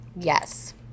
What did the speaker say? Yes